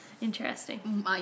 Interesting